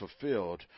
fulfilled